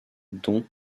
dont